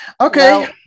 Okay